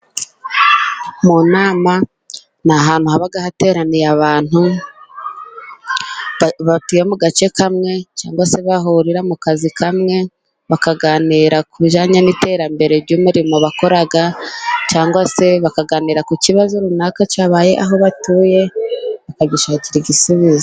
Mu nama ni ahantu haba hateraniye abantu batuye mu gace kamwe, cyangwa se bahurira mu kazi kamwe, bakaganira ku bijyanye n'iterambere ry'umurimo bakora, cyangwa se bakaganira ku kibazo runaka cyabaye aho batuye, bakagishakira igisubizo.